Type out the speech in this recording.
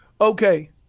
Okay